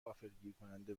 غافلگیرکننده